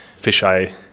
fisheye